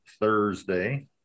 Thursday